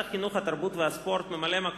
הפנים והגנת הסביבה נתקבלה.